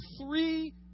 three